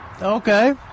Okay